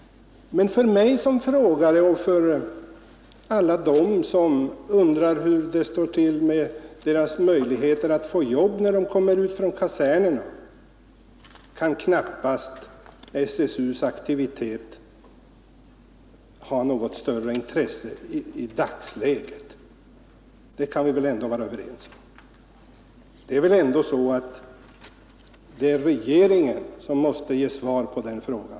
För mig som frågar och för alla dem som undrar hur det står till med deras möjligheter att få jobb när de kommer ut från kasernerna kan emellertid knappast SSU:s aktivitet ha något större intresse i dagsläget. Det kan vi väl ändå vara överens om. Det är väl ändå så att det är regeringen som måste ge svar på den frågan.